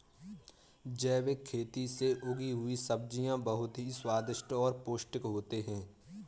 जैविक खेती से उगी हुई सब्जियां बहुत ही स्वादिष्ट और पौष्टिक होते हैं